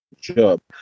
job